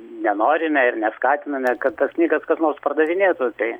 nenorime ir neskatiname kad tas knygas kas nors pardavinėtų tai